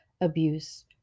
abuse